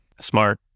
Smart